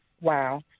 Wow